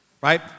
right